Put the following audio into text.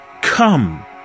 Come